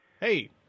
Hey